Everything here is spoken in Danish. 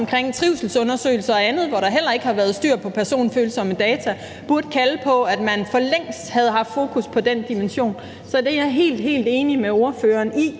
omkring trivselsundersøgelser og andet, hvor der heller ikke har været styr på personfølsomme data, burde kalde på, at man for længst havde haft fokus på den dimension. Så der er jeg helt enig med spørgeren i,